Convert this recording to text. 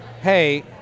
hey